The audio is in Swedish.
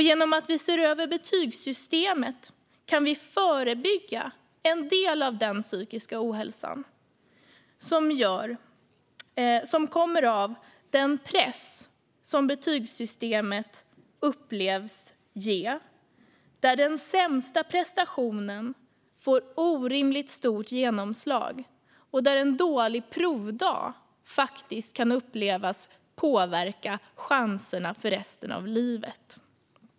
Genom att se över betygssystemet kan vi förebygga en del av den psykiska ohälsa som kommer av den press som betygssystemet upplevs ge, där den sämsta prestationen får orimligt stort genomslag och där en dålig provdag faktiskt kan upplevas påverka chanserna för resten av livet.